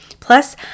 Plus